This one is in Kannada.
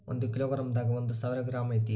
ಒಂದ ಕಿಲೋ ಗ್ರಾಂ ದಾಗ ಒಂದ ಸಾವಿರ ಗ್ರಾಂ ಐತಿ